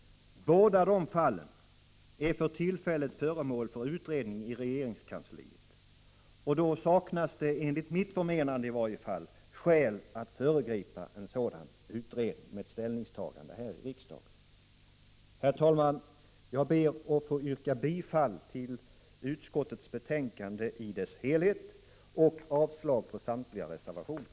Båda de fallen är för tillfället föremål för utredning i regeringskansliet. Då saknas det, enligt mitt förmenande i varje fall, skäl att föregripa en sådan utredning med ett ställningstagande här i riksdagen. Herr talman! Jag ber att få yrka bifall till utskottets hemställan i dess helhet och avslag på samtliga reservationer.